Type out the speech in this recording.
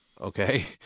okay